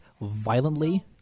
Violently